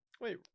Wait